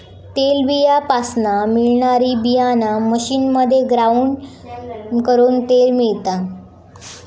तेलबीयापासना मिळणारी बीयाणा मशीनमध्ये ग्राउंड करून तेल मिळता